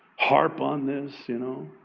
harp on this, you know.